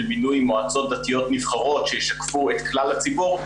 מינוי מועצות דתיות נבחרות שישקפו את כלל הציבור,